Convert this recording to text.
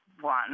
One